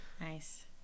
Nice